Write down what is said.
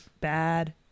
bad